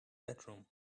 bedroom